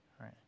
right